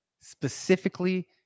specifically